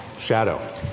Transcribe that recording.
shadow